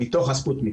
מתוך הספוטניק.